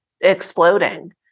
exploding